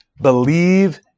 Believe